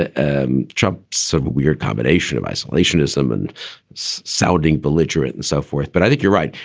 and trump sort of weird combination of isolationism and sounding belligerent and so forth. but i think you're right.